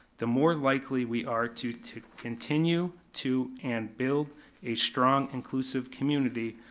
the more likely we are to to continue to and build a strong inclusive community,